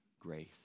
grace